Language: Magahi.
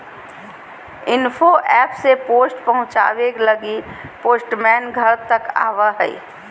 इन्फो एप से पोस्ट पहुचावे लगी पोस्टमैन घर तक आवो हय